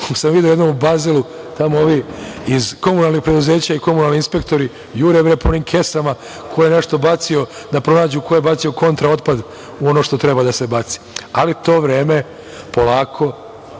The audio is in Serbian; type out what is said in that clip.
sam u jednom u Bazelu tamo iz komunalnih preduzeća i komunalni inspektori jure po onim kesama ko je nešto bacio da pronađu ko je bacio kontra otpad u ono što treba da se baci. Tom vremenu se polako